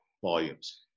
volumes